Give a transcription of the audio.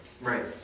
Right